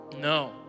no